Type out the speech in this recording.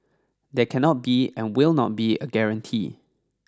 there cannot be and will not be a guarantee